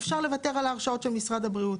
אפשר לוותר על בחינת ההרשאות על ידי משרד הבריאות.